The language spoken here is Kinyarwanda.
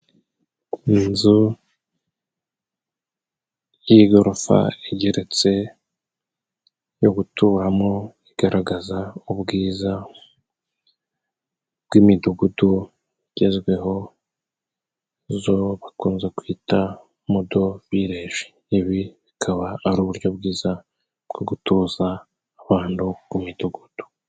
Inzu y'igorofa igeretse yo guturamo igaragaza ubwiza bw'imidugudu igezweho zo bakunze kwita modovileji. Ibi bikaba ari uburyo bwiza bwo gutuza abantu ku midugudu